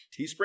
Teespring